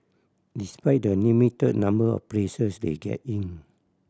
despite the limited number of places they get in